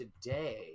today